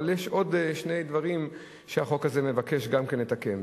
אבל יש עוד שני דברים שהחוק הזה מבקש לתקן.